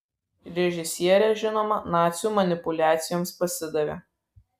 režisierė žinoma nacių manipuliacijoms pasidavė